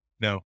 No